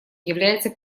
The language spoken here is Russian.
является